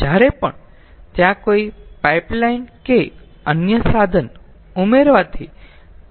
જ્યારે પણ ત્યાં કોઈ પાઇપ લાઇન કે અન્ય સાધન ઉમેરવાથી